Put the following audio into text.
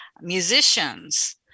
musicians